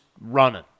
running